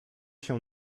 się